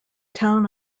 town